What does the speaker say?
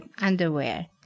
underwear